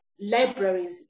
libraries